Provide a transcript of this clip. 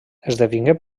esdevingué